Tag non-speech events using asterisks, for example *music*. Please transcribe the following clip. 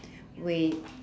*breath* wait